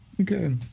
Okay